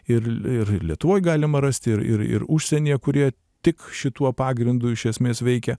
ir ir lietuvoj galima rasti ir ir ir užsienyje kurie tik šituo pagrindu iš esmės veikia